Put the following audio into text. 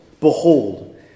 Behold